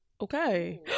okay